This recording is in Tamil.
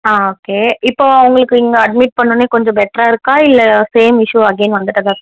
ஆ ஓகே இப்போ அவங்களுக்கு இங்கே அட்மிட் பண்ணோம்னே கொஞ்சம் பெட்ராக இருக்கா இல்லை சேம் இஷூ அகைன் வந்துட்டு தான் இருக்கா